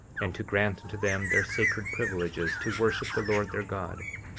and to grant unto them their sacred privileges to worship the lord their god,